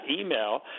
email